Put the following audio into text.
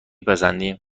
پسندین